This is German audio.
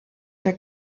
der